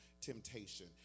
temptation